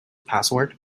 password